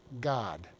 God